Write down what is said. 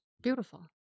Beautiful